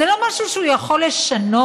זה לא משהו שהוא יכול לשנות,